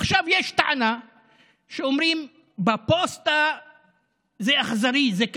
עכשיו יש טענה שאומרים: בפוסטה זה אכזרי, זה קשה.